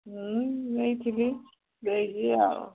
ନେଇଥିବି ଦେବି ଆଉ